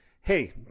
Hey